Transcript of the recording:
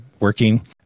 working